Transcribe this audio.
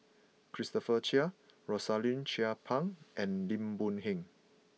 Christopher Chia Rosaline Chan Pang and Lim Boon Heng